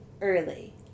Early